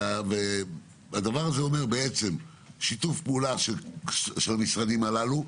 זה בעצם אומר שצריך שיתוף פעולה של המשרדים הללו,